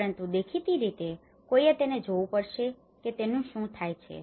પરંતુ દેખીતી રીતે કોઈએ તેને જોવું પડશે કે તેનું શું થાય છે